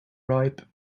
ripe